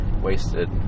wasted